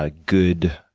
ah good,